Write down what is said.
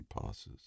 passes